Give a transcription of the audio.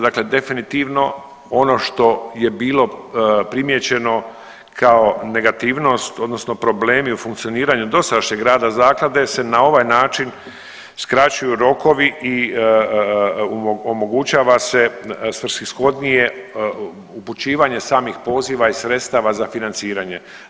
Dakle, definitivno ono što je bilo primijećeno kao negativnost, odnosno problemi u funkcioniranju dosadašnjeg rada zaklade se na ovaj način skraćuju rokovi i omogućava se svrsishodnije upućivanje samih poziva i sredstava za financiranje.